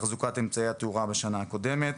לתחזוקת אמצעי התאורה בשנה הקודמת.